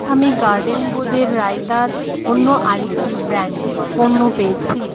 আমি গার্ডেন বোঁদের রায়তার অন্য আরেকটি ব্র্যান্ডের পণ্য পেয়েছি